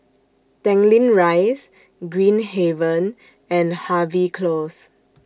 Tanglin Rise Green Haven and Harvey Close